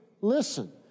listen